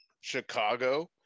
Chicago